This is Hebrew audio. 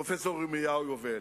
פרופסור ירמיהו יובל: